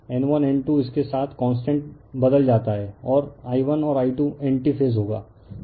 N1N2 इसके साथ constant बदल जाता है और I1 और I2 एंटी फेज होगा